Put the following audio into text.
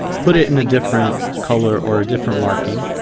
put it in a different color or different marking.